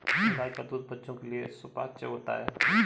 गाय का दूध बच्चों के लिए सुपाच्य होता है